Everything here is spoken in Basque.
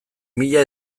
mila